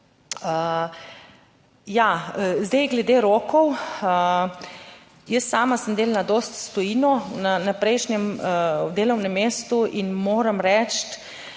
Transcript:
Zdaj, glede rokov, jaz sama sem delala dosti s tujino na prejšnjem delovnem mestu in moram reči,